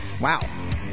Wow